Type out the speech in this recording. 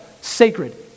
sacred